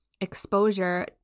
exposure